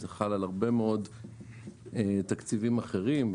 אלא על הרבה מאוד תקציבים אחרים.